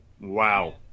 wow